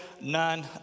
none